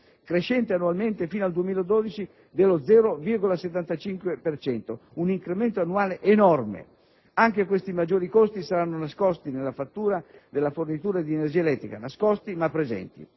crescente annualmente, fino al 2012, dello 0,75 per cento: un incremento annuale enorme. Anche questi maggiori costi saranno nascosti nella fattura della fornitura di energia elettrica; nascosti, ma presenti.